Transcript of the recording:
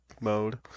mode